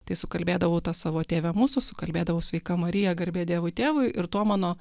tai sukalbėdavau tą savo tėve mūsų sukalbėdavau sveika marija garbė dievui tėvui ir tuo mano